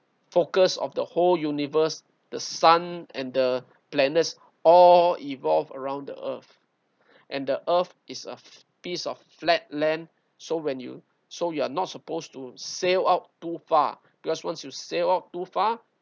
focus of the whole universe the sun and the planets all evolve around the earth and the earth is a piece of flat land so when you so you're not supposed to sail out too far because once you sail out too far